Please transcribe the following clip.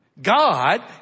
God